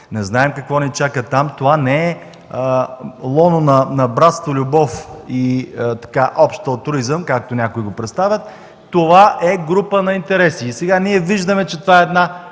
не знаем какво ни чака там. Това не е лоно на братство, любов и общ алтруизъм, както някои го представят. Това е група на интереси.” И сега ние виждаме, че това е една